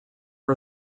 are